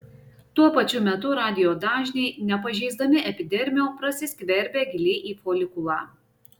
tuo pačiu metu radijo dažniai nepažeisdami epidermio prasiskverbia giliai į folikulą